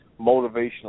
motivational